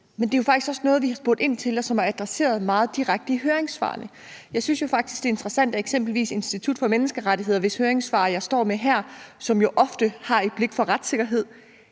Men det er jo faktisk også noget, vi har spurgt ind til, og som er adresseret meget direkte i høringssvarene. Jeg synes jo faktisk, det er interessant, at eksempelvis Institut for Menneskerettigheder, hvis høringssvar jeg står med her, og som jo ofte har et blik for retssikkerhed,